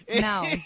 No